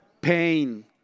pain